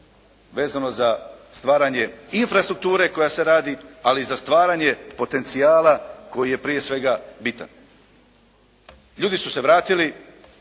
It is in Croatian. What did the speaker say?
vezano za stvaranje infrastrukture koja se radi, ali i za stvaranje potencijala koji je prije svega bitan. Ljudi su se vratili,